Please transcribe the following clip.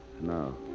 No